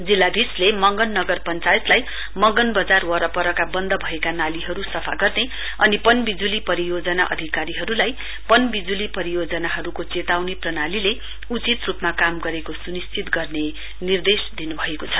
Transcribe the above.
जिल्लाधीशले मंगन नगर पश्चायतलाई मंगन बजार वरपरका बन्द भएका नालीहरू सफा गर्ने अनि पन विजुली परियोजना अधिकारीहरूलाई पनविजुली परियोजनाहरूको चेतावनी प्रणालीले उचित रूपमा काम गरेको सुनिश्चित गर्ने निर्देश दिनुभएकोछ